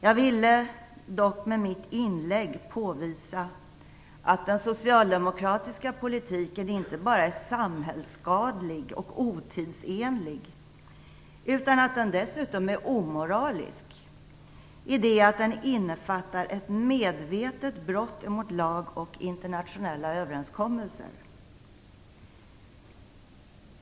Med mitt inlägg ville jag dock påvisa att den socialdemokratiska politiken inte bara är samhällsskadlig och otidsenlig utan dessutom omoralisk, såtillvida att den innefattar ett medvetet brott emot lag och internationella överenskommelser.